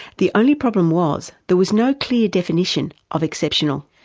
the only problem was there was no clear definition of exceptional.